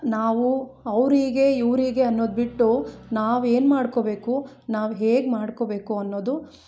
ನಾವು ಅವರಿಗೆ ಇವರಿಗೆ ಅನ್ನೋದು ಬಿಟ್ಟು ನಾವೇನು ಮಾಡಿಕೋಬೇಕು ನಾವು ಹೇಗೆ ಮಾಡಿಕೊಬೇಕು ಅನ್ನೋದು